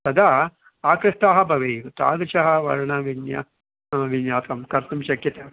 तदा आकृष्टाः भवेयुः तादृशः वर्णविन्यासः अ विन्यासः कर्तुं शक्यते